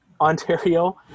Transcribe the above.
Ontario